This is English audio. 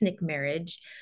marriage